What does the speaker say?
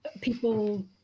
people